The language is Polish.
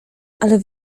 ale